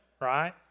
right